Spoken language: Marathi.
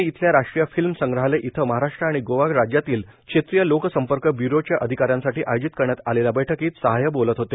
पृणे इथल्या राष्ट्रीय फिल्म संग्राहालय येथे महाराष्ट्र आणि गोवा राज्यातील क्षेत्रीय लोकसंपर्क ब्यूरो च्या अधिका यांसाठी आयोजित करण्यात आलेल्या बैठकीत सहाय बोलत होते